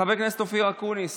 חבר הכנסת אופיר אקוניס,